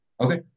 okay